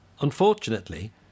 Unfortunately